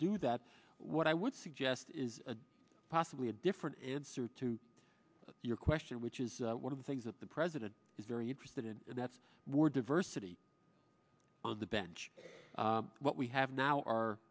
do that what i would suggest is possibly a different answer to your question which is one of the things that the president is very interested in that's more diversity on the bench what we have now are